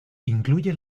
incluye